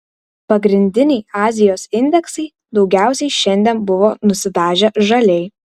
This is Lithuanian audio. pagrindiniai azijos indeksai daugiausiai šiandien buvo nusidažę žaliai